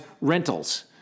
rentals